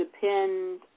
depend